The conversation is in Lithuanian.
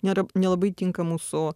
nėra nelabai tinka mūsų